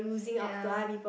ya